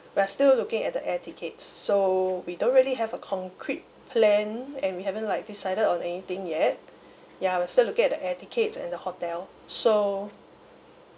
we're still looking at the air tickets so we don't really have a concrete plan and we haven't like decided on anything yet ya we're still looking at the air tickets and the hotel so